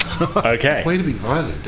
okay